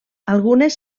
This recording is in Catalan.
algunes